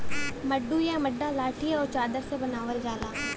मड्डू या मड्डा लाठी आउर चादर से बनावल जाला